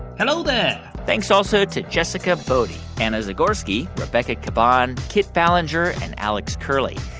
hello there thanks also to jessica boddy, anna zagorski, rebecca caban, kit ballenger and alex curley.